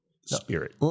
spirit